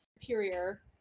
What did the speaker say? Superior